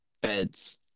beds